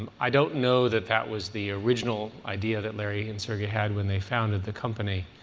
um i don't know that that was the original idea that larry and sergey had when they founded the company.